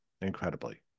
incredibly